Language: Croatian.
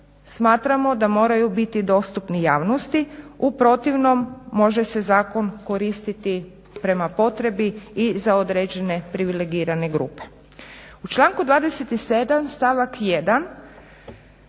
smatramo da moraju biti dostupni javnosti, u protivnom može se zakon koristiti prema potrebi i za određene privilegirane grupe. U članku 27. stavak 1.